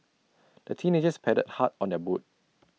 the teenagers paddled hard on their boat